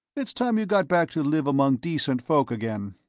it's time you got back to live among decent folk again.